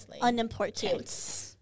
unimportant